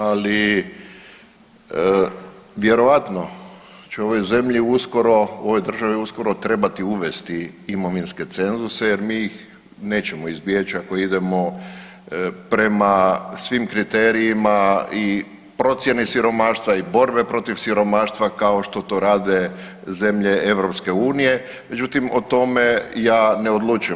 Ali, vjerovatno će u ovoj zemlji uskoro, u ovoj državi uskoro trebati uvesti imovinske cenzuse jer mi ih nećemo izbjeći ako idemo prema svim kriterijima i procjeni siromaštva i borbi protiv siromaštva, kao što to rade zemlje Europske unije, međutim o tome ja ne odlučujem.